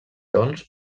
doncs